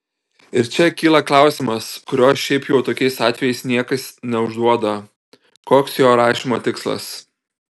ir čia kyla klausimas kurio šiaip jau tokiais atvejais niekas neužduoda koks jo rašymo tikslas